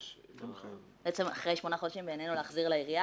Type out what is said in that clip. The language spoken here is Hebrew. --- החייב --- אחרי שמונה חודשים בעינינו להחזיר לעירייה,